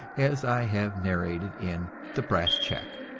as i have narrated in the brass check.